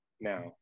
now